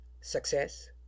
Success